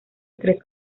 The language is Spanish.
tres